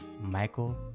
Michael